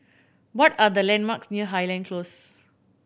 what are the landmarks near Highland Close